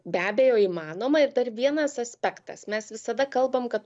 be abejo įmanoma ir dar vienas aspektas mes visada kalbam kad